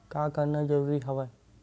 का करना जरूरी हवय?